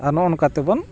ᱟᱨ ᱱᱚᱜᱼᱚ ᱱᱚᱝᱠᱟ ᱛᱮᱵᱚᱱ